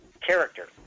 character